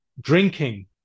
drinking